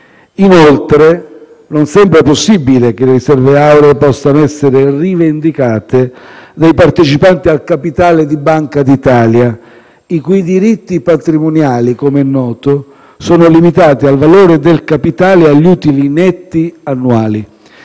Tesoro. Non sembra possibile, inoltre, che le riserve auree possano essere rivendicate dai partecipanti al capitale di Banca d'Italia, i cui diritti patrimoniali, come è noto, sono limitati al valore del capitale e agli utili netti annuali.